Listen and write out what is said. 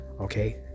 Okay